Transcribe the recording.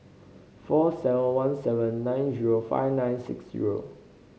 four seven one seven nine zero five nine six zero